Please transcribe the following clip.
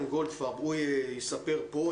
גולדפרב, יספר פה.